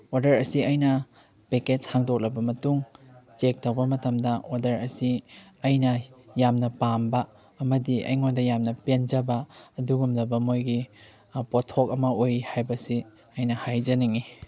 order ꯑꯁꯤ ꯑꯩꯅ packets ꯍꯥꯡꯗꯣꯛꯂꯕ ꯃꯇꯨꯡ ꯆꯦꯛ ꯇꯧꯕ ꯃꯇꯝꯗ ꯑꯣꯗꯔ ꯑꯁꯤ ꯑꯩꯅ ꯌꯥꯝꯅ ꯄꯥꯝꯕ ꯑꯃꯗꯤ ꯑꯩꯉꯣꯟꯗ ꯌꯥꯝꯅ ꯄꯦꯟꯖꯕ ꯑꯗꯨꯒꯨꯝꯂꯕ ꯃꯣꯏꯒꯤ ꯄꯣꯠꯊꯣꯛ ꯑꯃ ꯑꯣꯏ ꯍꯥꯏꯕꯁꯤ ꯑꯩꯅ ꯍꯥꯏꯖꯅꯤꯡꯏ